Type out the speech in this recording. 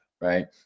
right